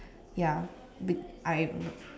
ya bit I